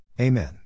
Amen